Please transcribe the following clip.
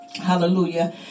Hallelujah